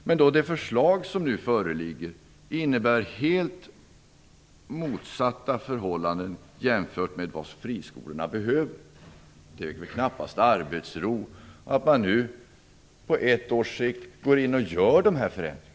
Men då det förslag som nu föreligger innebär helt motsatta förhållanden jämfört med vad friskolorna behöver är det väl knappast arbetsro att man på ett års sikt går in och gör de här förändringarna.